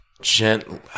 gently